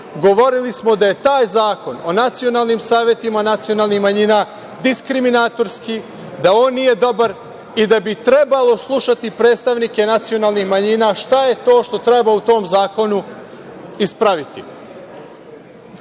Govorili smo da je taj Zakon o nacionalnim savetima nacionalnih manjina diskriminatorski, da on nije dobar i da bi trebalo slušati predstavnike nacionalnih manjina. Šta je to što treba u tom zakonu ispraviti.